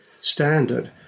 standard